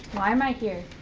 why am i here?